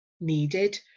needed